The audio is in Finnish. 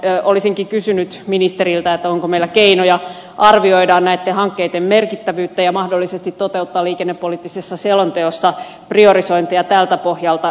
olisinkin kysynyt ministeriltä onko meillä keinoja arvioida näitten hankkeitten merkittävyyttä ja mahdollisesti toteuttaa liikennepoliittisessa selonteossa priorisointeja tältä pohjalta